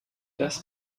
das